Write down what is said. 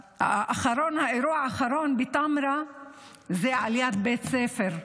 האירוע האחרון בטמרה זה ליד בית ספר,